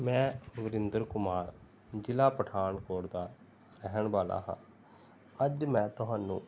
ਮੈਂ ਵਰਿੰਦਰ ਕੁਮਾਰ ਜ਼ਿਲ੍ਹਾ ਪਠਾਨਕੋਟ ਦਾ ਰਹਿਣ ਵਾਲਾ ਹਾਂ ਅੱਜ ਮੈਂ ਤੁਹਾਨੂੰ